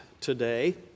today